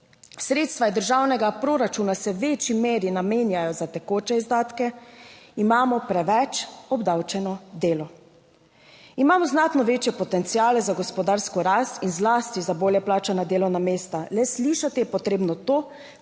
sredstva iz državnega proračuna se v večji meri namenjajo za tekoče izdatke, imamo preveč obdavčeno delo. Imamo znatno večje potenciale za gospodarsko rast in zlasti za bolje plačana delovna mesta, le slišati je potrebno to,